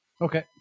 okay